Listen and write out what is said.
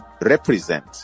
represent